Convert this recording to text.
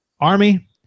Army